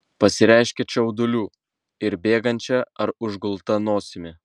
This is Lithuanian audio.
pasireiškia čiauduliu ir bėgančia ar užgulta nosimi